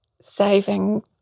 saving